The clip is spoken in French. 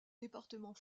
département